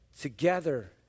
together